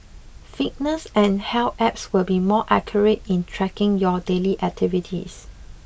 fitness and health apps will be more accurate in tracking your daily activities